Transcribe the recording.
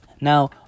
Now